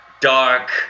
Dark